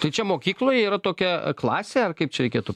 tai čia mokykloje yra tokia klasė ar kaip čia reikėtų